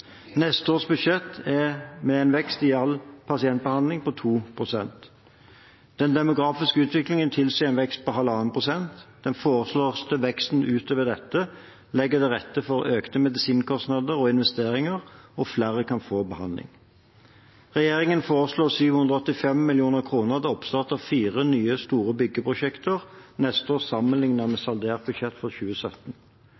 Neste år budsjetteres det med en vekst i all pasientbehandling på 2 pst. Den demografiske utviklingen tilsier en vekst på 1,5 pst. Den foreslåtte veksten utover dette legger til rette for økte medisinkostnader og investeringer, og at flere kan få behandling. Regjeringen foreslår 785 mill. kr til oppstart av fire nye, store byggeprosjekter neste år sammenlignet med